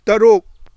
ꯇꯔꯨꯛ